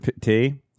tea